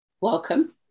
Welcome